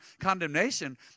condemnation